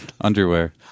Underwear